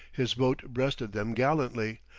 his boat breasted them gallantly,